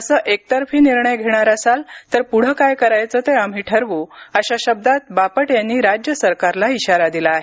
असे एकतर्फी निर्णय घेणार असाल तर पुढं काय करायचं ते आम्ही ठरवू अशा शब्दात बापट यांनी राज्य सरकारला इशारा दिला आहे